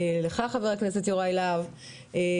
לך חבר הכנסת יוראי להב ארצנו.